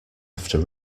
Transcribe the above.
after